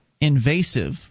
invasive